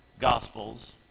gospels